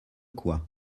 quoi